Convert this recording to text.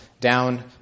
down